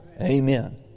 Amen